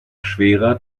schwerer